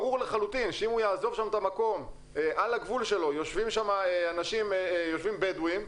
על הגבול שלו יושבים בדואים,